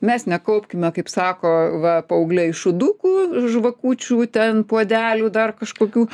mes nekaupkime kaip sako va paaugliai šūdukų žvakučių ten puodelių dar kažkokių